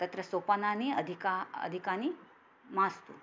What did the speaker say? तत्र सोपानानि अधिकम् अधिकानि मास्तु